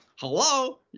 Hello